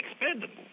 expendable